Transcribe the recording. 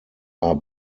are